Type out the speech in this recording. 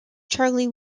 charley